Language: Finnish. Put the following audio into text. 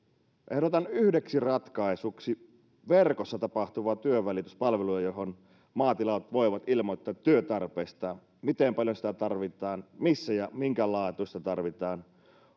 ehdotan yhdeksi ratkaisuksi verkossa tapahtuvaa työnvälityspalvelua johon maatilat voivat ilmoittaa työtarpeistaan miten paljon sitä tarvitaan missä ja minkä laatuista tarvitaan